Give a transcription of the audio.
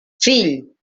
fill